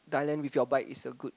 Thailand with your bike is a good